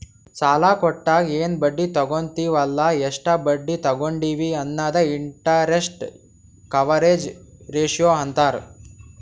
ಸಾಲಾ ಕೊಟ್ಟಾಗ ಎನ್ ಬಡ್ಡಿ ತಗೋತ್ತಿವ್ ಅಲ್ಲ ಎಷ್ಟ ಬಡ್ಡಿ ತಗೊಂಡಿವಿ ಅನ್ನದೆ ಇಂಟರೆಸ್ಟ್ ಕವರೇಜ್ ರೇಶಿಯೋ ಅಂತಾರ್